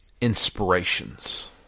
inspirations